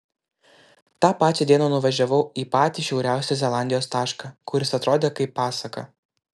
tą pačią dieną nuvažiavau į patį šiauriausią zelandijos tašką kuris atrodė kaip pasaka